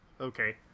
okay